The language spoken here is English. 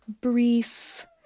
brief